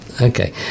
Okay